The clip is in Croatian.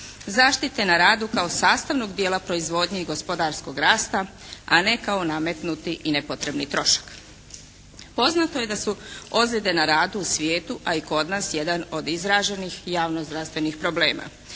zaštite na radu kao sastavnog dijela proizvodnje i gospodarskog rasta a ne kao nametnuti i nepotrebni trošak. Poznato je da su ozljede na radu u svijetu a i kod nas jedan od izraženih javno zdravstvenih problema.